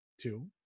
two